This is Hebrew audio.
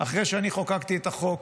אחרי שחוקקתי את החוק